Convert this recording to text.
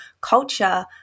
culture